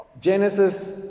Genesis